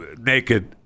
naked